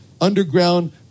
underground